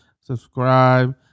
Subscribe